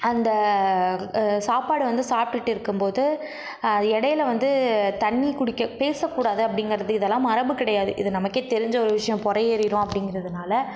அந்த சாப்பாடு வந்து சாப்பிட்டுட்டு இருக்கும்போது இடையில வந்து தண்ணிர் குடிக்க பேசக்கூடாது அப்படிங்கிறது இதல்லாம் மரபு கிடையாது இது நமக்கு தெரிஞ்ச ஒரு விஷயம் புறையேறிரும் அப்படிங்கிறதுனால